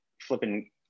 flipping